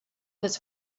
this